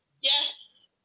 Yes